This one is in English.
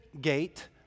gate